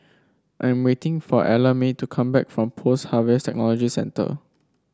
I'm waiting for Ellamae to come back from Post Harvest Technology Centre